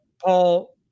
Paul